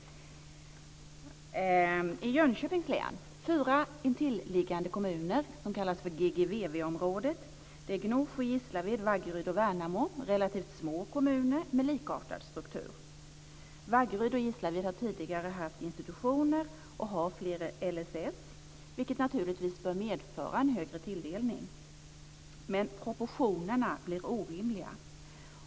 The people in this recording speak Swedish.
I Jönköpings län finns fyra intilliggande kommuner som kallas för GGVV-området. Det är Gnosjö, Gisslaved, Vaggeryd och Värnamo. Relativt små kommuner med likartad struktur. Vaggeryd och Gisslaved har tidigare haft institutioner och har flera LSS, vilket naturligtvis bör medföra en högre tilldelning. Men proportionerna blir orimliga.